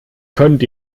könnt